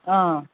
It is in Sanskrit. हा